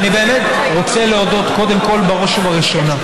ואני באמת רוצה להודות קודם כול ובראש ובראשונה